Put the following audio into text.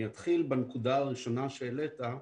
אני אתחיל בנקודה הראשונה שהעלית,